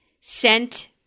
sent